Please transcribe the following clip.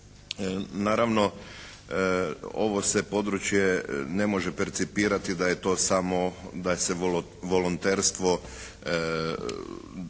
Naravno ovo se područje ne može percipirati da je to samo da se volonterstvo,